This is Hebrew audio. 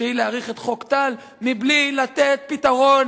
שהיא להאריך את חוק טל מבלי לתת פתרון